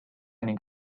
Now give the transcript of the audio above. ning